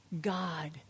God